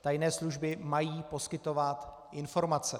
Tajné služby mají poskytovat informace.